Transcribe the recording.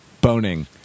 boning